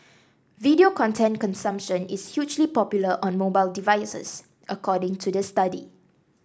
video content consumption is hugely popular on mobile devices according to the study